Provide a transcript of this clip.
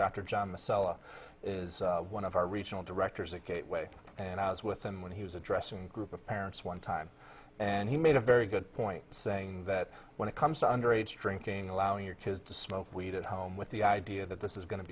is one of our regional directors at gateway and i was with him when he was addressing a group of parents one time and he made a very good point saying that when it comes to underage drinking allowing your kids to smoke weed at home with the idea that this is going to